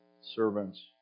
servants